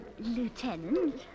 Lieutenant